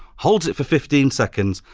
holds it for fifteen seconds,